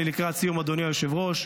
אני לקראת סיום, אדוני היושב-ראש.